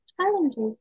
challenges